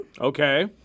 Okay